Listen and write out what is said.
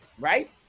right